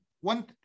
one